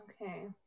Okay